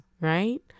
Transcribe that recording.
right